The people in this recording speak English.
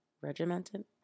Regimented